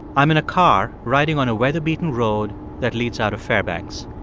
i'm in a car riding on a weather-beaten road that leads out of fairbanks.